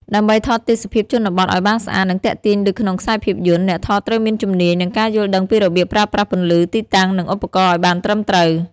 ដើម្បីថតទេសភាពជនបទឲ្យបានស្អាត និងទាក់ទាញដូចក្នុងខ្សែភាពយន្ត អ្នកថតត្រូវមានជំនាញ និងការយល់ដឹងពីរបៀបប្រើប្រាស់ពន្លឺ ទីតាំង និងឧបករណ៍ឲ្យបានត្រឹមត្រូវ។